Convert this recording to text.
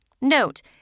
Note